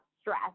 stress